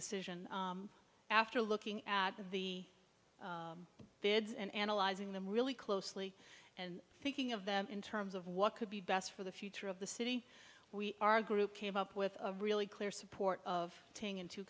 decision after looking at the bids and analyzing them really closely and thinking of them in terms of what could be best for the future of the city we our group came up with a really clear support of tang in